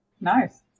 Nice